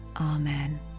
Amen